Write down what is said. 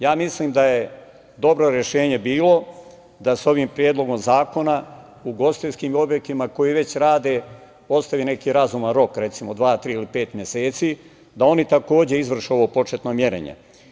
Ja mislim da je dobro rešenje bilo da sa ovim predlogom zakona ugostiteljskim objektima koji već rade, ostavi neki razuman rok, 2, 3 ili pet meseci i da oni izvrše ovo početno merenje.